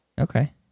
Okay